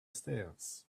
stairs